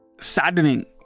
saddening